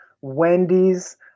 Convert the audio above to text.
Wendy's